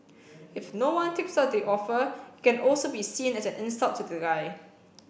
if no one takes up the offer it can also be seen as an insult to the guy